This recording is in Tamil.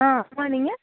ஆ அம்மா நீங்கள்